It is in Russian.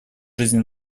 жизни